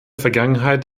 vergangenheit